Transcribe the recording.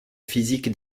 physique